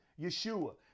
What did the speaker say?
Yeshua